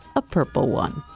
a purple one.